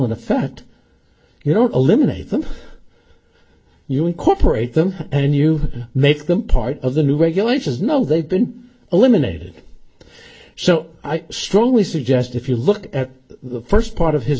in effect you know eliminate them you incorporate them and you make them part of the new regulations no they've been eliminated so i strongly suggest if you look at the first part of his